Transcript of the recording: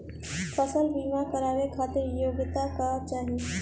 फसल बीमा करावे खातिर योग्यता का चाही?